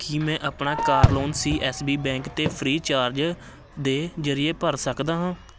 ਕੀ ਮੈਂ ਆਪਣਾ car loan C S B bank ਅਤੇ ਫ੍ਰੀ ਚਾਰਜ ਦੇ ਜਰੀਏ ਭਰ ਸਕਦਾ ਹਾਂ